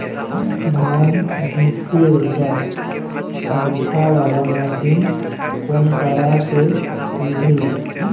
धान धुके बर पंखा वाला मशीन कोन करा से मिलही?